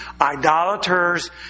idolaters